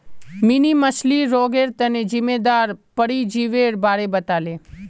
mini मछ्लीर रोगेर तना जिम्मेदार परजीवीर बारे बताले